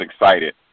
excited